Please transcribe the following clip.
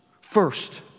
First